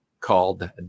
called